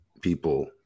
people